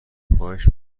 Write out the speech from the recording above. خواهش